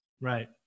Right